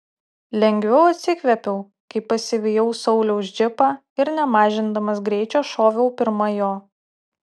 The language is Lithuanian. lengviau atsikvėpiau kai pasivijau sauliaus džipą ir nemažindamas greičio šoviau pirma jo